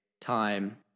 time